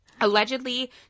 allegedly